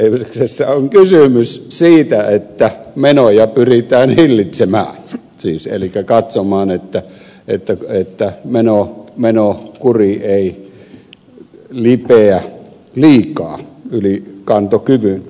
tässä on kysymys siitä että menoja pyritään hillitsemään elikkä katsomaan että menokuri ei lipeä liikaa yli kantokyvyn